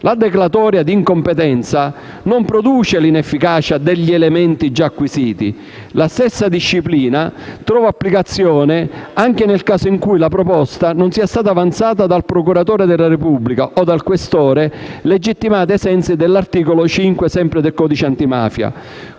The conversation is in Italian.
La declaratoria di incompetenza non produce l'inefficacia degli elementi già acquisiti. La stessa disciplina trova applicazione anche nel caso in cui la proposta non sia stata avanzata dal procuratore della Repubblica o dal questore legittimati ai sensi dell'articolo 5 del codice antimafia.